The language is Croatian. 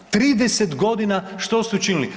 30 g., što ste učinili?